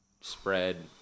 spread